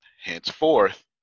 henceforth